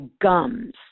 gums